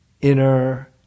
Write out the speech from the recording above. inner